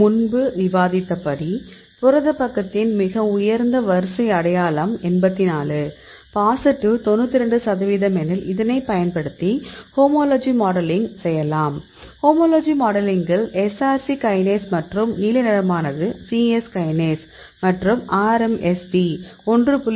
முன்பு விவாதித்தபடி புரத பக்கத்தின் மிக உயர்ந்த வரிசை அடையாளம் 84 பாசிட்டிவ் 92 சதவீதம் எனில் இதனைப் பயன்படுத்தி ஹோமோலஜி மாடலிங் செய்யலாம் ஹோமோலஜி மாடலிங்கில் SRC கைனேஸ் மற்றும் நீல நிறமானது சி யெஸ் கைனேஸ் மற்றும் RMSD 1